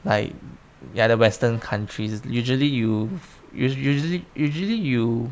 like ya the western countries usually you us~ usually usually you